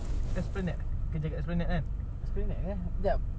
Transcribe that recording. esplanade kerja dekat esplanade kan esplanade eh jap